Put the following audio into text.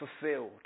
fulfilled